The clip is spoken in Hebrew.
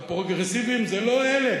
הפרוגרסיבים זה לא אלה.